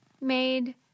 made